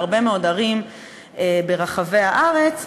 בהרבה מאוד ערים ברחבי הארץ,